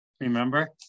remember